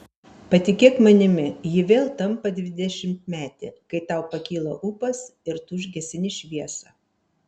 patikėk manimi ji vėl tampa dvidešimtmetė kai tau pakyla ūpas ir tu užgesini šviesą